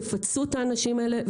תפצו את האנשים האלה,